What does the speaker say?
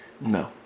No